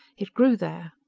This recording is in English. it grew there.